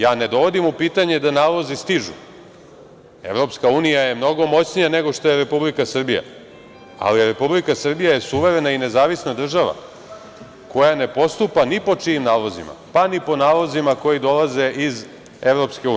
Ja ne dovodim u pitanje da nalozi stižu, EU je mnogo moćnija nego što je Republika Srbija, ali je Republika Srbija suverena i nezavisna država koja ne postupa ni po čijim nalozima, pa ni po nalozima koji dolaze iz EU.